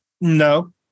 No